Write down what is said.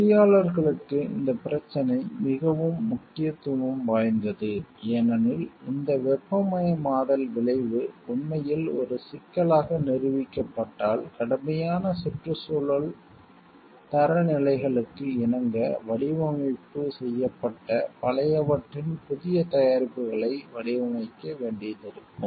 பொறியாளர்களுக்கு இந்தப் பிரச்சினை மிகவும் முக்கியத்துவம் வாய்ந்தது ஏனெனில் இந்த வெப்பமயமாதல் விளைவு உண்மையில் ஒரு சிக்கலாக நிரூபிக்கப்பட்டால் கடுமையான சுற்றுச்சூழல் தரநிலைகளுக்கு இணங்க மறுவடிவமைப்பு செய்யப்பட்ட பழையவற்றின் புதிய தயாரிப்புகளை வடிவமைக்க வேண்டியிருக்கும்